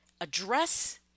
address